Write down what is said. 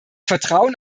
vertrauen